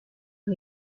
fue